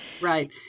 Right